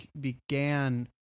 began